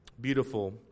beautiful